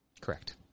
Correct